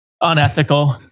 unethical